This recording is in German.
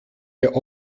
wir